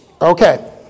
Okay